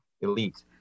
elite